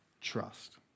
trust